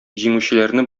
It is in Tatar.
җиңүчеләрне